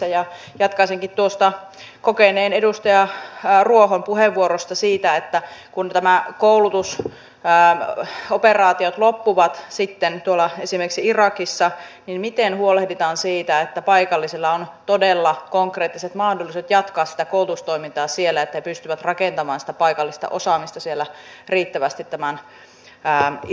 jatkaisinkin tuosta kokeneen edustaja ruohon puheenvuorosta siitä että kun nämä koulutusoperaatiot loppuvat sitten tuolla esimerkiksi irakissa niin miten huolehditaan siitä että paikallisilla on todella konkreettiset mahdollisuudet jatkaa sitä koulutustoimintaa siellä että he pystyvät rakentamaan sitä paikallista osaamista siellä riittävästi tämän pään ja